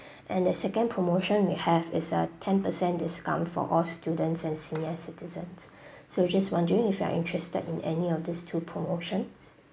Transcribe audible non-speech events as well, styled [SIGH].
and the second promotion we have is a ten percent discount for all students and senior citizens [BREATH] so just wondering if you are interested in any of these two promotions